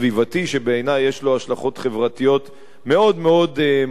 שבעיני יש לו השלכות חברתיות מאוד מאוד משמעותיות.